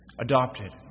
adopted